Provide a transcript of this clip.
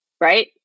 right